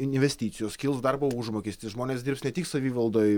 investicijos kils darbo užmokestis žmonės dirbs ne tik savivaldoj